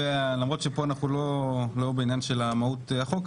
למרות שפה אנחנו לא בעניין של מהות החוק,